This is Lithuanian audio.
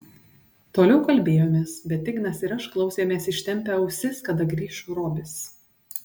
toliau kalbėjomės bet ignas ir aš klausėmės ištempę ausis kada grįš robis